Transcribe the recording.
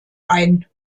ein